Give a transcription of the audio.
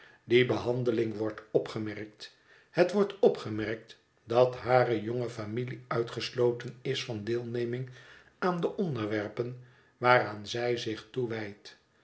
die behandeling wordt opgemerkt het wordt opgemerkt dat hare jonge familie uitgesloten is van deelneming aan de onderwerpen waaraan zij zich toewijdt